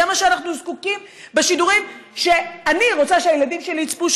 לזה אנחנו זקוקים בשידורים שאני רוצה שהילדים שלי יצפו בהם,